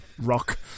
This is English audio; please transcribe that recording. Rock